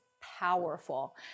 powerful